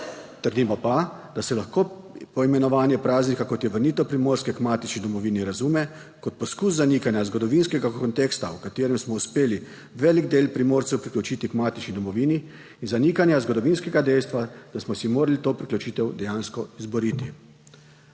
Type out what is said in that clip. Trdimo pa, da se lahko poimenovanje praznika, kot je vrnitev Primorske k matični domovini, razume kot poskus zanikanja zgodovinskega konteksta, v katerem smo uspeli velik del Primorcev priključiti k matični domovini, in zanikanje zgodovinskega dejstva, da smo si morali to priključitev dejansko izboriti.